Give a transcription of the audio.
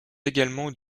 également